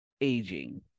aging